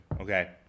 Okay